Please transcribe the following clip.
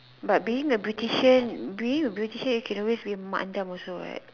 but being a beautician being a beautician you can always be mak andam also what